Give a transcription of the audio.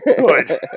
good